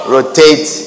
Rotate